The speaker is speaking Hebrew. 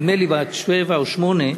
נדמה לי בת שבע או שמונה,